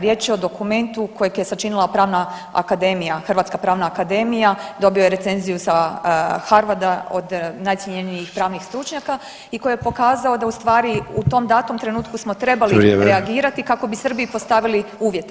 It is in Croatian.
Riječ je o dokumentu kojeg je sačinila pravna akademija, Hrvatska pravna akademija, dobio je recenziju sa Harvarda od najcjenjenijih pravnih stručnjaka i koji je pokazao da u stvari u tom datom trenutku smo trebali reagirati kako bi Srbiji postavili uvjete.